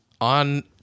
on